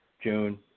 June